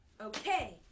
Okay